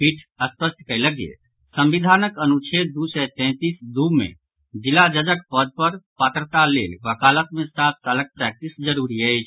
पीठ अपष्ट कयलक जे संविधानक अनुच्छेद दू सय तैंतीस दू मे जिला जजक पद पर पात्रताक लेल वकालत मे सात सालक प्रैक्टिस जरूरी अछि